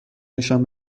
نشان